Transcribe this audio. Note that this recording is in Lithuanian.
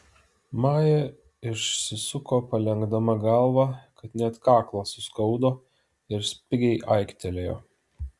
maja išsisuko palenkdama galvą kad net kaklą suskaudo ir spigiai aiktelėjo